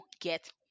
get